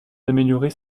d’améliorer